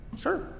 Sure